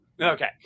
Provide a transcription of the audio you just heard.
Okay